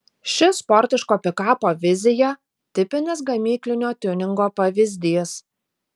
ši sportiško pikapo vizija tipinis gamyklinio tiuningo pavyzdys